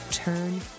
Turn